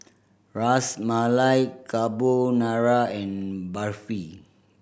Ras Malai Carbonara and Barfi